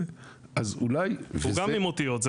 הוא גם עם אותיות.